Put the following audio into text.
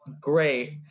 great